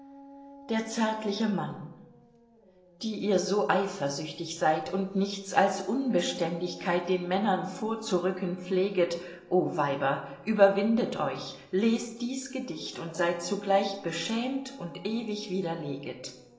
der zärtliche mann die ihr so eifersüchtig seid und nichts als unbeständigkeit den männern vorzurücken pfleget o weiber überwindet euch lest dies gedicht und seid zugleich beschämt und ewig